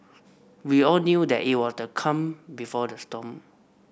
we all knew that it was the calm before the storm